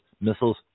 missiles